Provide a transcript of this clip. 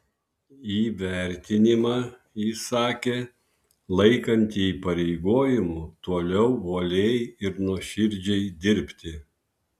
įvertinimą ji sakė laikanti įpareigojimu toliau uoliai ir nuoširdžiai dirbti